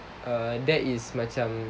err that is macam